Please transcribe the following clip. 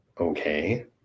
okay